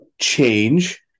change